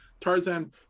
Tarzan